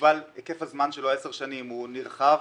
היקף הזמן שלו, עשר שנים, הוא נרחב.